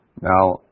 Now